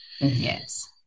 Yes